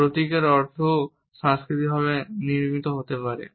প্রতীকের অর্থও সাংস্কৃতিকভাবে নির্মিত হতে পারে